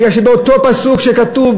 בגלל שבאותו פסוק כתוב,